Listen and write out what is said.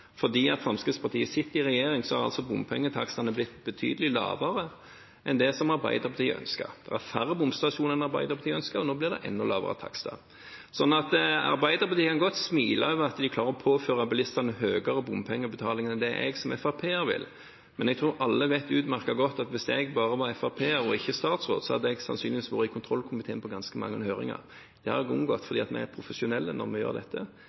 Fremskrittspartiet sitter i regjering, er altså bompengetakstene blitt betydelig lavere enn det Arbeiderpartiet ønsker. Det er færre bomstasjoner enn Arbeiderpartiet ønsker, og nå blir det enda lavere takster. Arbeiderpartiet kan godt smile av at de klarer å påføre bilistene høyere bompengebetaling enn det jeg som FrP-er vil. Men jeg tror alle vet utmerket godt at hvis jeg bare var FrP-er og ikke statsråd, hadde jeg sannsynligvis vært i kontrollkomiteen på ganske mange høringer. Det har jeg unngått fordi vi er profesjonelle når vi gjør dette.